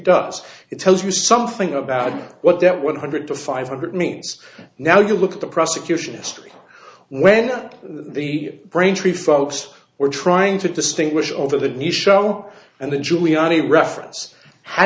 does it tells you something about what that one hundred to five hundred means now you look at the prosecution history when the braintree folks were trying to distinguish over the new show and the giuliani reference how